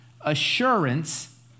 assurance